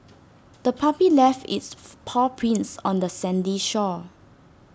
the puppy left its paw prints on the sandy shore